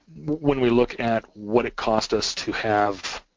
when we look at what it cost us to have